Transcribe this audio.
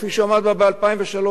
כפי שעמד בה ב-2003,